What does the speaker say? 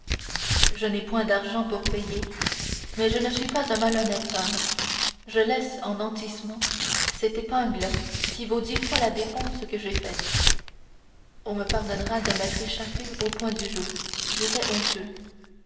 je n'ai point d'argent pour payer mais je ne suis pas un malhonnête homme je laisse en nantissement cette épingle qui vaut dix fois la dépense que j'ai faite on me pardonnera de m'être échappé au point du jour j'étais honteux